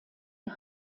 ihr